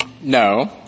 No